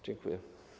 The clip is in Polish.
Dziękuję.